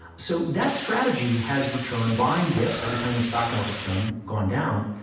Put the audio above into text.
so that strategy has returned buying dips every time the stock market's done, gone down,